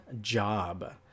job